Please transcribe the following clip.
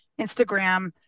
Instagram